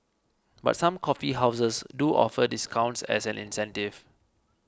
but some coffee houses do offer discounts as an incentive